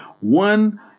One